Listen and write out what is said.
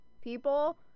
People